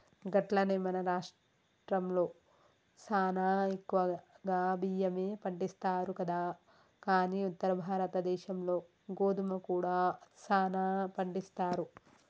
గట్లనే మన రాష్ట్రంలో సానా ఎక్కువగా బియ్యమే పండిస్తారు కదా కానీ ఉత్తర భారతదేశంలో గోధుమ కూడా సానా పండిస్తారు